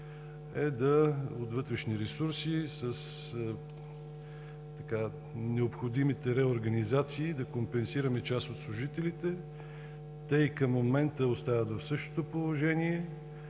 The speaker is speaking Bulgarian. е от вътрешни ресурси, с необходимите реорганизации да компенсираме част от служителите. Те и към момента остават в същото положение.